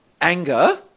anger